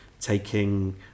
taking